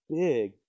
big